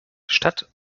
stadt